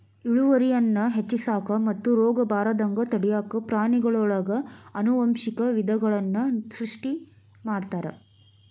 ಇಳುವರಿಯನ್ನ ಹೆಚ್ಚಿಸಾಕ ಮತ್ತು ರೋಗಬಾರದಂಗ ತಡ್ಯಾಕ ಪ್ರಾಣಿಗಳೊಳಗ ಆನುವಂಶಿಕ ವಿಧಗಳನ್ನ ಸೃಷ್ಟಿ ಮಾಡ್ತಾರ